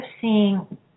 seeing